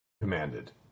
commanded